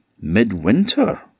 midwinter